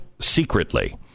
secretly